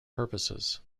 purposes